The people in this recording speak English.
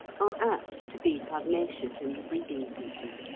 are apt to be pugnacious in the breeding season.